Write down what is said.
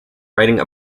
writing